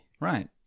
Right